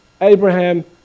Abraham